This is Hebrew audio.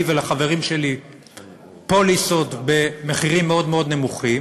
ולחברים שלי פוליסות במחירים מאוד נמוכים.